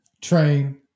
train